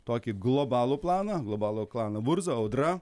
tokį globalų planą globalų klaną murza audra